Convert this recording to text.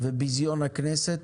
וביזיון הכנסת